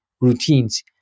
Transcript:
routines